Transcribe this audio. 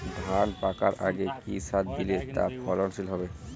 ধান পাকার আগে কি সার দিলে তা ফলনশীল হবে?